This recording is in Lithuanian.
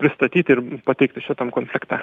pristatyti ir pateikti šitam konflikte